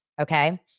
okay